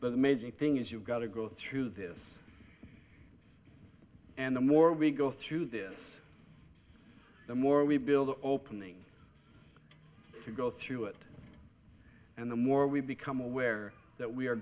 amazing thing is you've got to go through this and the more we go through this the more we build the opening to go through it and the more we become aware that we are